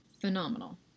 Phenomenal